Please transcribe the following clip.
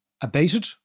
abated